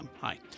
Hi